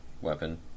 weapon